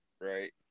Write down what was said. right